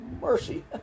Mercy